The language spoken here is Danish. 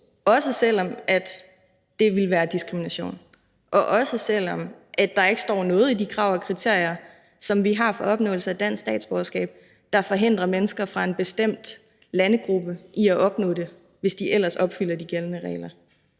også selv om det ville være diskrimination, og også selv om der ikke står noget i de krav og kriterier, som vi har for opnåelse af dansk statsborgerskab, der forhindrer mennesker fra en bestemt landegruppe i at opnå det, hvis de ellers opfylder de gældende regler.